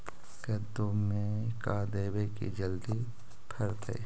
कददु मे का देबै की जल्दी फरतै?